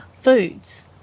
foods